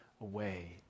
away